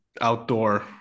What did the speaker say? outdoor